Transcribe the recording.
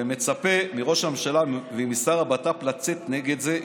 ומצפה מראש הממשלה ומשר הבט"פ לצאת נגד זה.